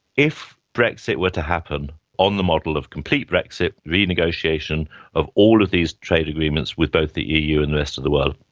if brexit were to happen on the model of complete brexit, renegotiation of all of these trade agreements with both the eu and the rest of the world,